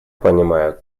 понимаю